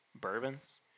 bourbons